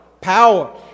Power